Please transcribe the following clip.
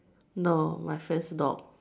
no my friend's dog